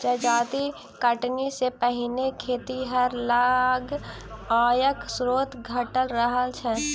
जजाति कटनी सॅ पहिने खेतिहर लग आयक स्रोत घटल रहल छै